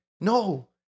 no